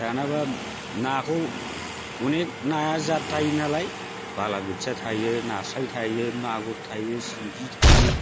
दानाबा नाखौ अनेख नाया जाथ थायो नालाय बालाबोथिया थायो नास्राय थायो मागुर थायो सिंगि थायो